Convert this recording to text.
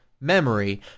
memory